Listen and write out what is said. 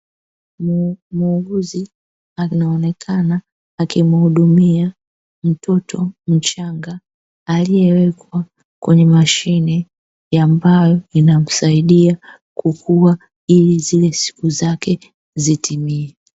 Muuguzi anaonekana akimuhudumia mtoto mchanga, aliyewekwa kwenye mashine ambayo inamsaidia kukua ili zile siku zake zitimie.